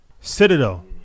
Citadel